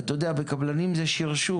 ואתה יודע, אצל קבלנים זה שרשור.